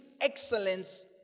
excellence